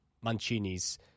Mancini's